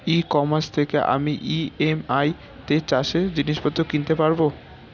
ই commerce থেকে আমি EMI তে চাষে জিনিসপত্র কিনতে পারব?